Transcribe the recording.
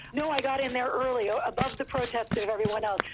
no, i got in there earlier above the protests of everyone else.